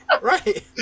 right